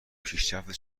پیشرفت